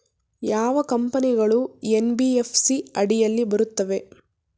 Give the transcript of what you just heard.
ಯಾವ ಕಂಪನಿಗಳು ಎನ್.ಬಿ.ಎಫ್.ಸಿ ಅಡಿಯಲ್ಲಿ ಬರುತ್ತವೆ?